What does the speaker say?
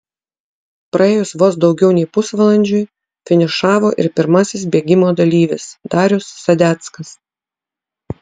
praėjus vos daugiau nei pusvalandžiui finišavo ir pirmasis bėgimo dalyvis darius sadeckas